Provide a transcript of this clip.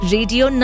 Radio